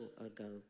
ago